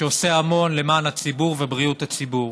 שעושה המון למען הציבור ובריאות הציבור,